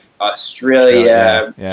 Australia